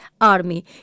army